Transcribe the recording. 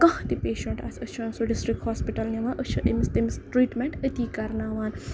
کانہہ تہِ پیشَنٹ آسہِ أسۍ چھُ ہَن سُہ ڈِسٹرک ہوسپِٹل نِوان أسی چھِ أمِس تٔمِس ٹریٖٹمینٹ أتی کرناوان